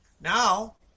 Now